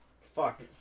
Fuck